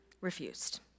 refused